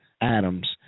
Adams